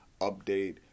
update